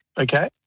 Okay